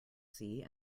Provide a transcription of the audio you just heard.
sea